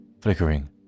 flickering